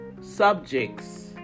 subjects